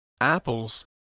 apples